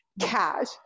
cash